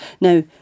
Now